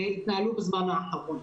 שהתנהלו בזמן האחרון.